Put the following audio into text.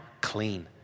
clean